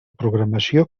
programació